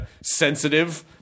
sensitive